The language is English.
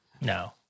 No